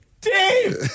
Dave